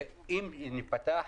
ואם הם ייפתחו,